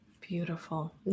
Beautiful